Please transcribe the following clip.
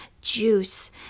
juice